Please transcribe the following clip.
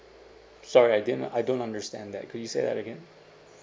sorry I did not I don't understand that could you say that again